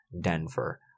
Denver